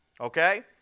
okay